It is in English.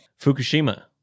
Fukushima